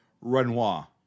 Renoir